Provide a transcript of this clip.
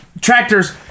tractors